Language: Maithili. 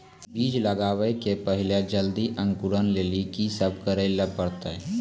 बीज लगावे के पहिले जल्दी अंकुरण लेली की सब करे ले परतै?